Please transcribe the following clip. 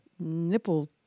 nipple